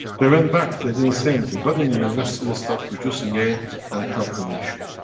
they went back. they didn't say anything. but in the university, they start producing it and helped the nation